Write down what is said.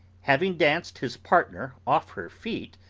having danced his partner off her feet,